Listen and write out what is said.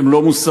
אתם לא מוסריים.